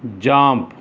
jump